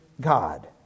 God